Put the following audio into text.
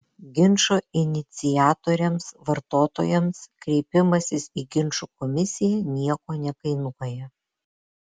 ginčo iniciatoriams vartotojams kreipimasis į ginčų komisiją nieko nekainuoja